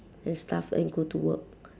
and stuff and go to work